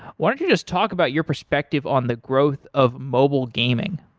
why don't you just talk about your perspective on the growth of mobile gaming?